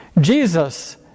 Jesus